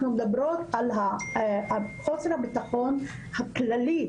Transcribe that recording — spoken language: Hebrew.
אנחנו מדברות על חוסר הביטחון הכללי,